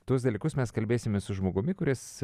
tuos dalykus mes kalbėsimės su žmogumi kuris